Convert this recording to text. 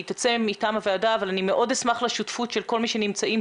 היא תצא מטעם הוועדה אבל אני מאוד אשמח לשותפות של כל מי שנמצא כאן